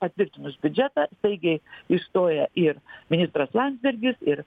patvirtinus biudžetą staigiai išstoja ir ministras landsbergis ir